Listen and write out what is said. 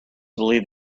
believe